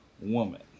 woman